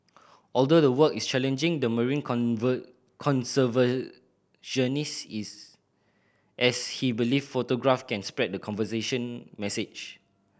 although the work is challenging the marine conservationist is as he believe photographs can spread the conservation message